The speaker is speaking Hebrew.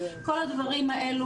בכל הדברים האלה,